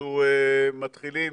אנחנו מתחילים